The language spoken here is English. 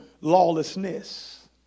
Lawlessness